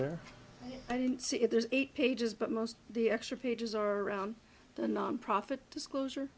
their i don't see if there's eight pages but most of the extra pages are around the nonprofit disclosure